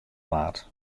waard